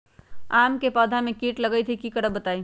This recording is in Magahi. आम क पौधा म कीट लग जई त की करब बताई?